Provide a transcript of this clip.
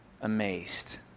amazed